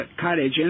cottage